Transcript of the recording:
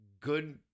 Good